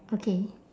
okay